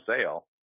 sale